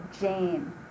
Jane